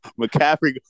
McCaffrey